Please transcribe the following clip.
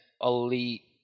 elite